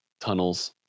tunnels